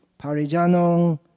parijanong